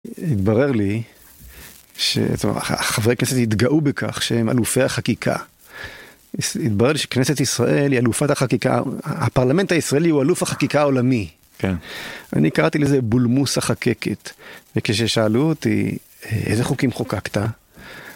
התברר לי שהחברי כנסת התגאו בכך שהם אלופי החקיקה, התברר לי שכנסת ישראל היא אלופת החקיקה, הפרלמנט הישראלי הוא אלוף החקיקה העולמי, אני קראתי לזה בולמוס החקקת, וכששאלו אותי איזה חוקים חוקקת,